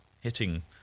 hitting